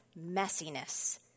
messiness